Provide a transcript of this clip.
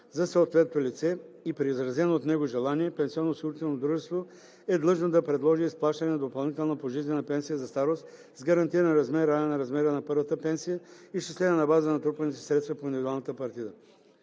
за съответното лице и при изразено от него желание, пенсионноосигурителното дружество е длъжно да предложи изплащане на допълнителна пожизнена пенсия за старост с гарантиран размер, равен на размера на първата пенсия, изчислена на база натрупаните средства по индивидуалната партида.